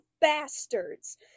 bastards